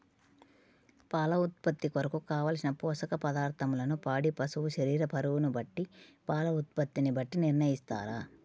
పాల ఉత్పత్తి కొరకు, కావలసిన పోషక పదార్ధములను పాడి పశువు శరీర బరువును బట్టి పాల ఉత్పత్తిని బట్టి నిర్ణయిస్తారా?